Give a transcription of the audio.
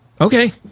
Okay